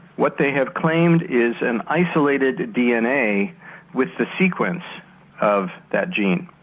what they have claimed is an isolated dna with the sequence of that gene.